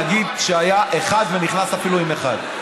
נגיד שהיה אחד ונכנס אפילו עם אחד.